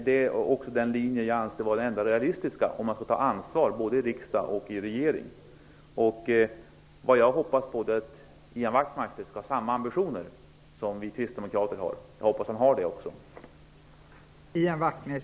Det är dock den enda realistiska linjen om man skall ta ansvar både i riksdag och regering. Jag hoppas att Ian Wachtmeister skall ha samma ambitioner som vi kristdemokrater har. Jag hoppas att han har det.